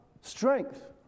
strength